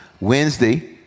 Wednesday